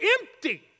empty